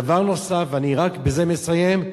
דבר נוסף, אני רק בזה מסיים,